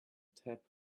tap